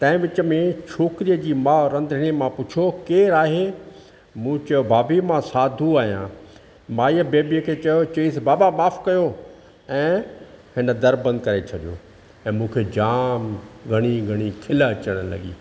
तंहिं विच में छोकिरीअ जी मां रंधिणे मां पुछियो केरु आहे मूं चयो भाभी मां साधू आहियां माईअ बेबीअ के चयो चएसि बाबा माफ़ु कयो ऐं हिन दर बंदि करे छॾियो ऐं मूंखे जाम घणी घणी खिल अचणु लॻी